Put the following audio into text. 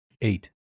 Eight